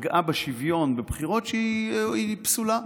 שפגעה בשוויון בבחירות, שהיא פסולה.